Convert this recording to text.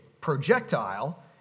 projectile